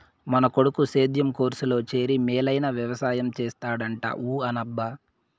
మన కొడుకు సేద్యం కోర్సులో చేరి మేలైన వెవసాయం చేస్తాడంట ఊ అనబ్బా